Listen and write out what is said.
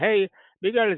בתרס"ה בגלל זקנתו,